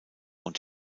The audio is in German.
und